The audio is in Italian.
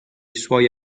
suoi